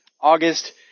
August